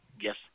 Yes